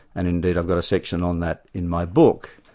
and indeed i've got a section on that in my book,